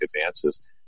advances